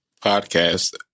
podcast